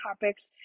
topics